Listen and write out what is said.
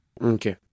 Okay